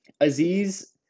Aziz